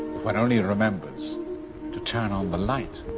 one only remembers to turn on the light.